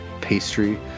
pastry